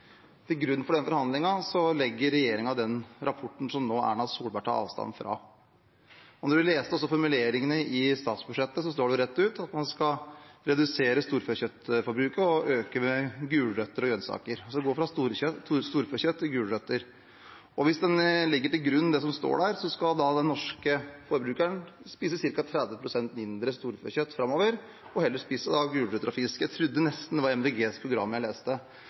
Til grunn for den forhandlingen legger regjeringen den rapporten som Erna Solberg nå tar avstand fra. Når man leser formuleringene i statsbudsjettet, står det rett ut at man skal redusere storfekjøttforbruket og øke forbruket av gulrøtter og grønnsaker. Man går altså fra storfekjøtt til gulrøtter. Hvis man legger til grunn det som står der, skal den norske forbrukeren spise ca. 30 pst. mindre storfekjøtt framover, og heller spise gulrøtter og fisk. Jeg trodde nesten det var programmet til Miljøpartiet De Grønne jeg leste.